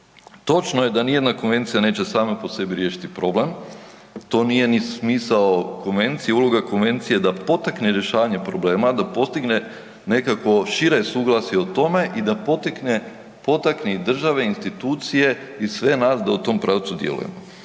Točno je da nijedna konvencija neće sama po sebi riješiti problem, to nije ni smisao konvencije, uloga konvencije je da potakne rješavanje problema, da postigne nekakvo šire suglasje o tome i da potakne i države, institucije i sve nas da u tom pravcu djelujemo.